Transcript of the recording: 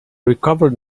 recovered